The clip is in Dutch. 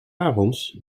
avonds